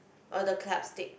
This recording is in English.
or the club stick